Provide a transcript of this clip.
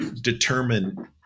determine